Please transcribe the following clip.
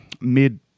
mid